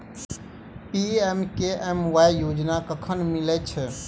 PMKMY योजना कखन मिलय छै?